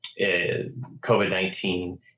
COVID-19